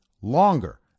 longer